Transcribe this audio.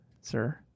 sir